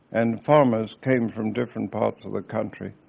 and farmers came from different parts of the country,